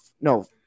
no